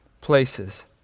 places